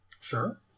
Sure